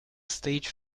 stage